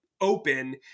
open